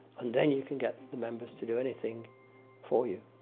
and then you can get the members to do anything for you.